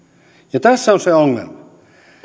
tässä on se ongelma